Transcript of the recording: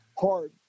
Hard